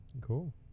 cool